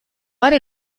are